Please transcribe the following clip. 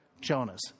Jonas